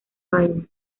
vaina